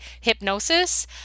hypnosis